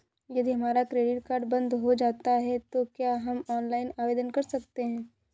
यदि हमारा credit card बंद हो जाता है तो क्या हम ऑनलाइन आवेदन कर सकते हैं?